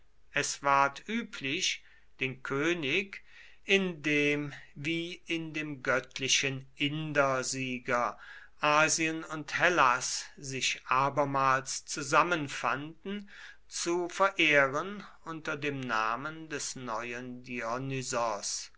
es ward üblich den könig in dem wie in dem göttlichen indersieger asien und hellas sich abermals zusammenfanden zu verehren unter dem namen des neuen